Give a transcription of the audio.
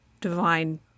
divine